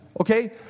okay